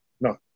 no